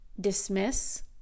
dismiss